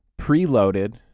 preloaded